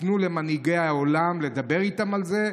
יפנו למנהיגי העולם לדבר איתם על זה,